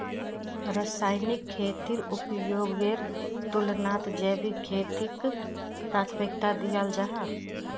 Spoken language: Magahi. रासायनिक खेतीर उपयोगेर तुलनात जैविक खेतीक प्राथमिकता दियाल जाहा